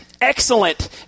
excellent